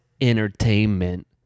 entertainment